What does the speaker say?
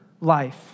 life